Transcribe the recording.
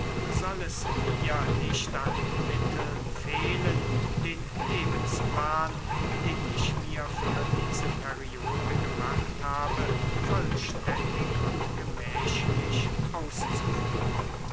soll es mir nicht an mitteln fehlen den lebensplan den ich mir für diese periode gemacht habe vollständig und gemächlich auszuführen